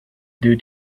due